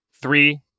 Three